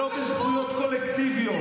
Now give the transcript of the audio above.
לא בזכויות קולקטיביות.